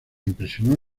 impresionó